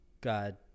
God